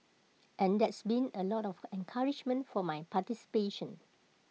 and there's been A lot of encouragement for my participation